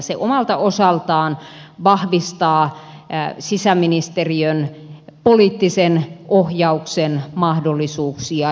se omalta osaltaan vahvistaa sisäministeriön poliittisen ohjauksen mahdollisuuksia